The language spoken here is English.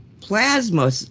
plasma